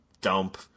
dump